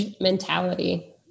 Mentality